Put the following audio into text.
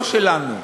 לא שלנו?